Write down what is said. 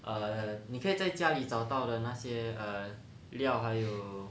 err 你可以在家里找到了那些 err 料还有